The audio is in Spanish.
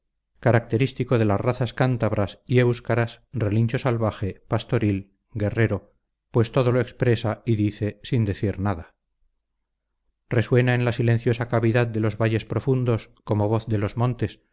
característico de las razas cántabras y éuskaras relincho salvaje pastoril guerrero pues todo lo expresa y dice sin decir nada resuena en la silenciosa cavidad de los valles profundos como voz de los montes